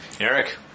Eric